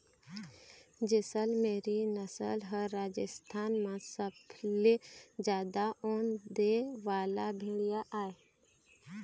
जैसलमेरी नसल ह राजस्थान म सबले जादा ऊन दे वाला भेड़िया आय